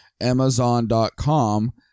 amazon.com